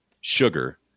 sugar